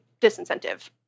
disincentive